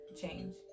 change